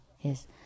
yes